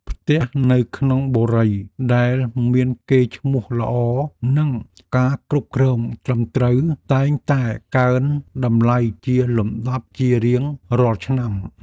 ផ្ទះនៅក្នុងបុរីដែលមានកេរ្តិ៍ឈ្មោះល្អនិងការគ្រប់គ្រងត្រឹមត្រូវតែងតែកើនតម្លៃជាលំដាប់ជារៀងរាល់ឆ្នាំ។